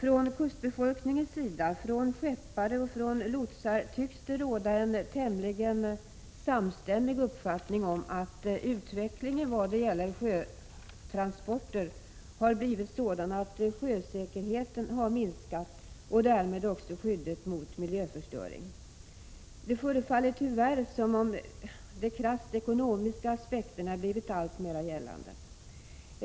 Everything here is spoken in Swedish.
Hos kustbefolkningen, skeppare och lotsar tycks det råda en tämligen samstämmig uppfattning om att utvecklingen i vad gäller sjötransporter har blivit sådan att sjösäkerheten har minskat och därmed också skyddet mot miljöförstöring. Det förefaller tyvärr som om de krasst ekonomiska aspekterna blivit alltmer gällande.